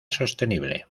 sostenible